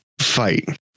fight